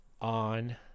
on